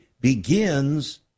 begins